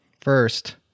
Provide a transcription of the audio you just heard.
first